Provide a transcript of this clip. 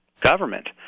government